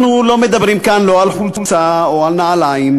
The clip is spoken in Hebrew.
אנחנו לא מדברים כאן לא על חולצה ולא על נעליים,